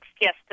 yes